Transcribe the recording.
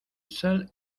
seul